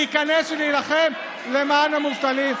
להיכנס ולהילחם למען המובטלים,